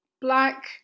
Black